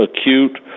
acute